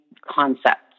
concepts